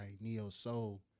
neo-soul